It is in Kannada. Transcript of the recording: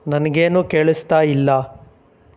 ನನಗೇನೂ ಕೇಳಿಸ್ತಾ ಇಲ್ಲ